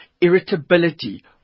irritability